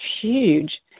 huge